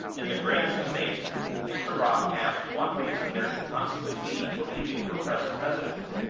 in the greatest amazement mr. brock asked what reason there could possibly be for leaving her present residence?